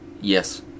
Yes